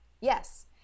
Yes